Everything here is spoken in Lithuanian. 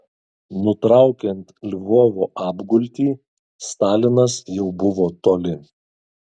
nutraukiant lvovo apgultį stalinas jau buvo toli